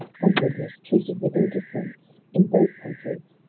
and goodness treated with indifference in both countries.